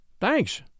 Thanks